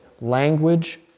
language